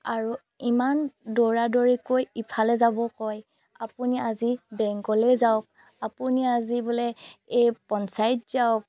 আৰু ইমান দৌৰাদৌৰিকৈ ইফালে যাব কয় আপুনি আজি বেংকলৈ যাওক আপুনি আজি বোলে এই পঞ্চায়ত যাওক